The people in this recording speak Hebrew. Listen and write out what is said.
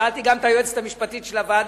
שאלתי גם את היועצת המשפטית של הוועדה,